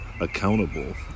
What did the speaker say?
accountable